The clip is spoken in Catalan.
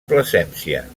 plasència